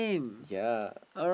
ya